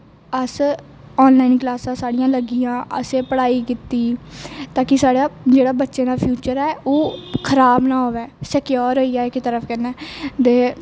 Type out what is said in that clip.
अस आनलाॅइन क्लासां साढ़ियां लग्गियां असें पढाई कीती ताकि साढ़ा जेहड़ा बच्चे दा फिउचर ऐ ओह् खराब़ ना होवे सिक और होई जा इक तरफ कन्नै दे